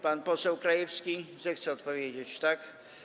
Pan poseł Krajewski zechce odpowiedzieć, tak?